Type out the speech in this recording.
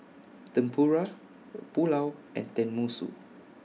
Tempura Pulao and Tenmusu